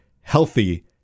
healthy